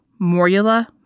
morula